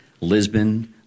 Lisbon